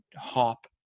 hop